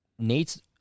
Nate's